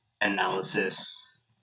analysis